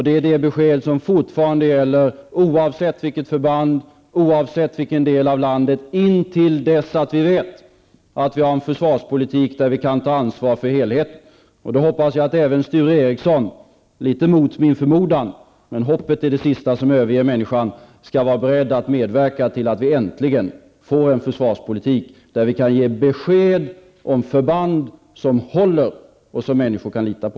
Det är det besked som fortfarande gäller, oavsett förband och del av landet, in till dess att vi vet att vi har en försvarspolitik där vi kan ta ansvar för helheten. Då hoppas jag att även Sture Ericson -- visserligen litet mot min förmodan, men hoppet är det sista som överger människan -- skall vara beredd att medverka till att vi äntligen får en försvarspolitik, där vi kan ge besked om förband, besked som håller och som människor kan lita på.